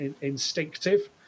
instinctive